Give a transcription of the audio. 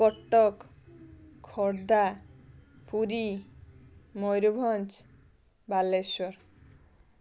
Cuttack Khordha Puri Mayurbhanj Balasore